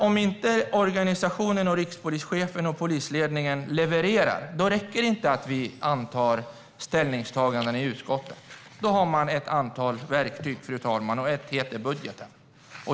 Om inte organisationen, rikspolischefen och polisledningen levererar räcker det inte att vi antar ställningstaganden i utskottet. Då har man ett antal verktyg, fru talman, och ett av dem är budgeten.